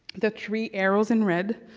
the three arrows in red,